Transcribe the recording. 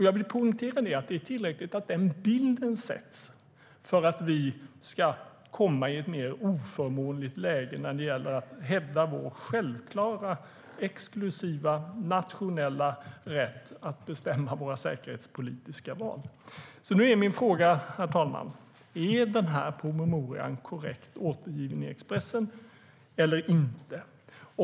Jag poängterar att det är tillräckligt att bilden sätts för att Sverige ska komma i ett mer oförmånligt läge när det gäller att hävda vår självklara exklusiva nationella rätt att bestämma våra säkerhetspolitiska val. Herr talman! Är promemorian korrekt återgiven i Expressen eller inte?